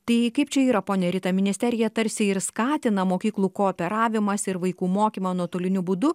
tai kaip čia yra ponia rita ministerija tarsi ir skatina mokyklų kooperavimąsi ir vaikų mokymą nuotoliniu būdu